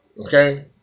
Okay